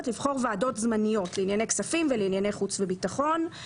לבחור ועדות זמניות לענייני כספים ולענייני חוץ וביטחון".